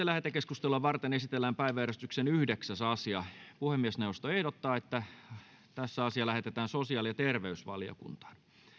lähetekeskustelua varten esitellään päiväjärjestyksen yhdeksäs asia puhemiesneuvosto ehdottaa että asia lähetetään sosiaali ja terveysvaliokuntaan